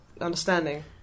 understanding